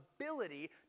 ability